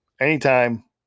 anytime